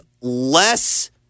less